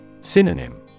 Synonym